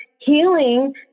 healing